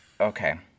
okay